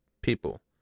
people